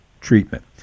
treatment